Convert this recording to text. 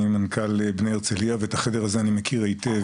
מנכ"ל בני הרצליה ואת החדר הזה אני מכיר היטב,